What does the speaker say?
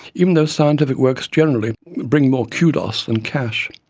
even though scientific works generally bring more kudos than cash.